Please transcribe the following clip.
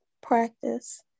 practice